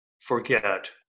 Forget